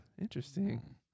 interesting